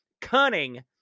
cunning